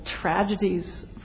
tragedies